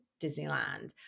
Disneyland